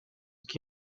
que